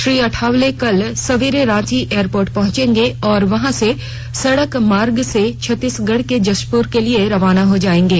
श्री अठावले कल सवेरे रांची एयरपोर्ट पहुंचेंगे और वहां से सड़क मार्ग से छत्तीसगढ़ के जशपुर के लिए रवाना हो जाएंगे